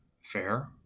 fair